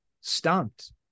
stumped